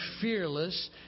fearless